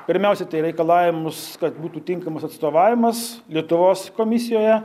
pirmiausia tai reikalavimus kad būtų tinkamas atstovavimas lietuvos komisijoje